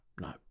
no